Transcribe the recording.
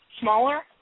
Smaller